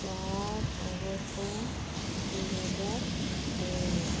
ଚାରି ଅଗଷ୍ଟ ଦୁଇହଜାର ଉଣେଇଶି